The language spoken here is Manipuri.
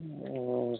ꯑꯣ